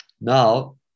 now